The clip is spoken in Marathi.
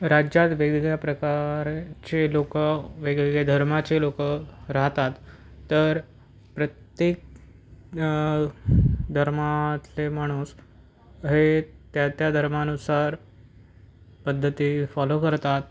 राज्यात वेगवेगळ्या प्रकारचे लोकं वेगवेगळे धर्माचे लोकं राहतात तर प्रत्येक न धर्मातले माणूस हे त्या त्या धर्मानुसार पद्धती फॉलो करतात